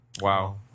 Wow